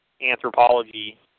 anthropology